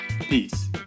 Peace